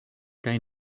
kaj